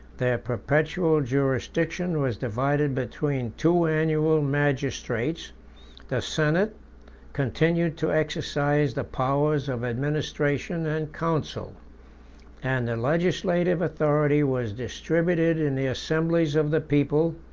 their perpetual jurisdiction was divided between two annual magistrates the senate continued to exercise the powers of administration and counsel and the legislative authority was distributed in the assemblies of the people,